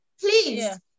Please